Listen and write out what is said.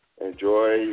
Enjoy